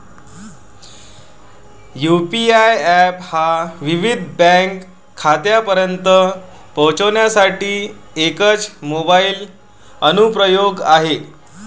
UPI app हा विविध bank खात्यांपर्यंत पोहोचण्यासाठी एकच मोबाइल अनुप्रयोग आहे